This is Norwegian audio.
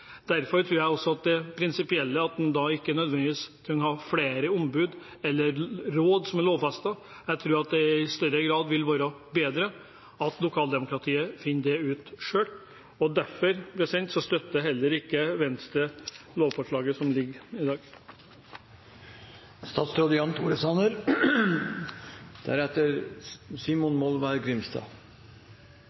Derfor tror jeg også at en ikke nødvendigvis trenger å ha flere ombud eller råd som er lovfestet. Jeg tror det i større grad vil være bedre at lokaldemokratiet finner ut av dette selv. Derfor støtter heller ikke Venstre lovforslaget som ligger her i dag.